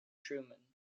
truman